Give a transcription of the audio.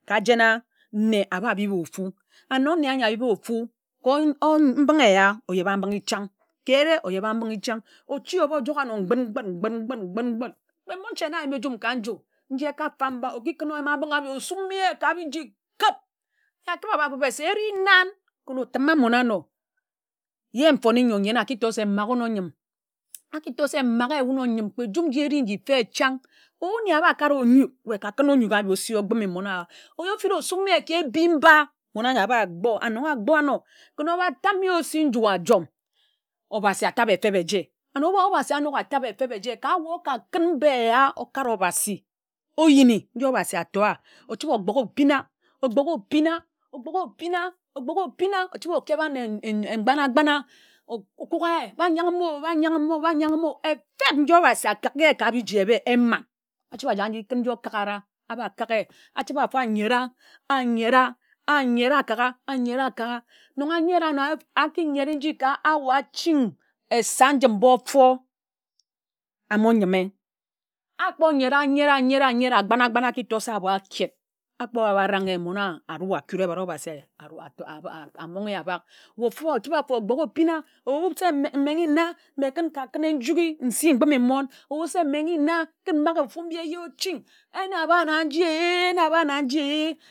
Ka jen a nne aba biba ofu and nno nne ányor abib a ofu mbinghe eya ogyebambinghi chan̄ ke ēre ogyebambinghi chan̄ ochi oba ojok ano kpin kpin kpin kpin kpe monche na ayimi njum ka nju nji oka fab monche na ayimi njum ka nju nji oka fab mba oki kun oyama-mbinghe abi osum ye ka biji kib nne akiba aba bib ye se erinam ken otima mmon anor ye mfone n̄yor nyen aki tor se maghe wun onyim aki tor se magha wun onyim kpe njum nji ere mbi mfe chan̄ ebu nne ába kare wah ōnyuk ye ka kun onyuk abi osi mba mmon anyor aba gbo ano ken oba tam ye osi nju ayom obhasi atabe efebe eje and obhasi anok atabe efebe eje ka ye oka kun mba eya okare obasi oyin nyi obhasi atoa ochibi okpok obina okpok obina okpōk obinā okpōk obinā ochibe nne nnkpa-a-gbana okuk a ye ba yan gim o ba yan gim o ba yan gim o efeb nyi obhasi okak e ye ka biji ébe eman ochiba oji kun nji okakara aba kak ye achibe afo ānyera ányera ányera akak a ānyera okak a nnon ányera ano aki nnyere ka hour achin esa nyim mba ofo ámo yim me ákpo nnyere ányere ányere agban̄ agban̄ aki tor se ábo aked a gbo ba aba rang ye mmon akure ebad obhasi amon ge ye abak ye ochibe afo ok gbok ofi na ọwu se mme mmenghe na kun maghe ofu mbi eje ochin ene aba na nji e ene aba na nji e-